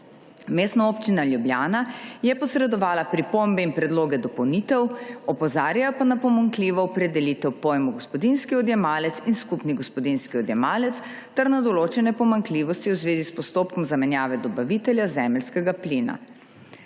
Mestna občina Ljubljana je posredovala pripombe in predloge dopolnitev, opozarjajo pa na pomanjkljivo opredelitev pojmov »gospodinjski odjemalec« in »skupni gospodinjski odjemalec« ter na določene pomanjkljivosti v zvezi s postopkom zamenjave dobavitelja zemeljskega plina.